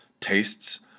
tastes